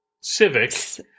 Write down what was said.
civics